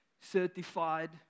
Certified